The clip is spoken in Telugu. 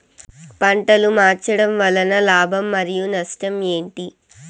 పంటలు మార్చడం వలన లాభం మరియు నష్టం ఏంటి